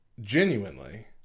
Genuinely